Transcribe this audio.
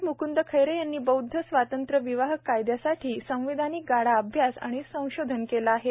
म्ंक्द खैरे यांनी बौद्ध स्वतंत्र विवाह कायद्यासाठी संवैधानिक गाढा अभ्यास आणि संशोधन केले होते